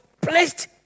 placed